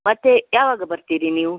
ಮತ್ತೆ ಯಾವಾಗ ಬರ್ತೀರಿ ನೀವು